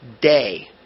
day